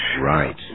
Right